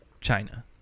China